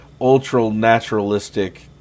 ultra-naturalistic